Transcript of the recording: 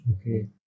Okay